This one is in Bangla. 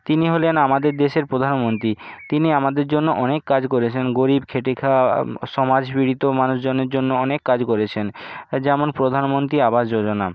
তিনি হলেন আমাদের দেশের প্রধানমন্ত্রী তিনি আমাদের জন্য অনেক কাজ করেছেন গরিব খেটে খাওয়া সমাজ পীড়িত মানুষজনের জন্য অনেক কাজ করেছেন যেমন প্রধানমন্ত্রী আবাস যোজনা